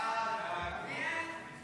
סעיפים 1 3